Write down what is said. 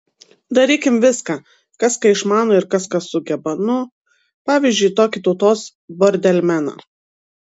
darykim viską kas ką išmano ir kas ką sugeba nu pavyzdžiui tokį tautos bordelmeną